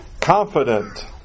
confident